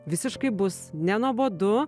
visiškai bus nenuobodu